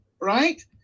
Right